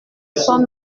son